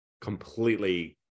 completely